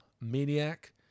Maniac